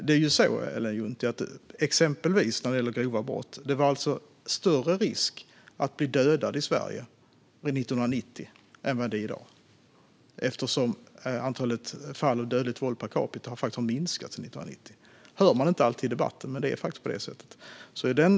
När det gäller exempelvis grova brott var det större risk att bli dödad i Sverige 1990 än det är i dag. Antalet fall av dödligt våld per capita har faktiskt minskat sedan 1990. Det hör man inte alltid i debatten. Men det är på det sättet.